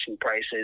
prices